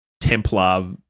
Templar